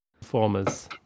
performers